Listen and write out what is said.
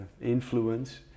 influence